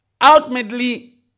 Ultimately